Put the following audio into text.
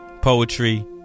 poetry